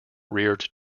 reared